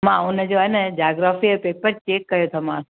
मां उनजो आ न जाग्रॉफ़ीअ जो पेपर चैक कयो थो मासि